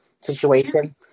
situation